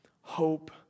hope